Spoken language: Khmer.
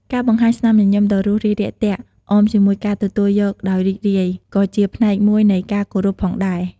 ការបង្ហាញស្នាមញញឹមដ៏រួសរាយរាក់ទាក់ អមជាមួយការទទួលយកដោយរីករាយ ក៏ជាផ្នែកមួយនៃការគោរពផងដែរ។